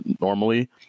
normally